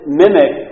mimic